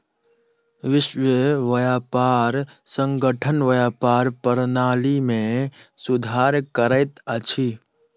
विश्व व्यापार संगठन व्यापार प्रणाली में सुधार करैत अछि